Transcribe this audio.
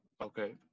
Okay